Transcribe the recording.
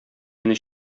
мине